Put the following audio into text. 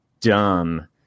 dumb